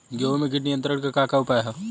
गेहूँ में कीट नियंत्रण क का का उपाय ह?